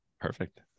perfect